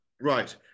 Right